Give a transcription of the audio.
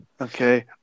Okay